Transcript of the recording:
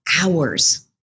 hours